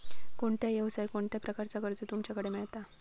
कोणत्या यवसाय कोणत्या प्रकारचा कर्ज तुमच्याकडे मेलता?